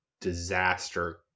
disaster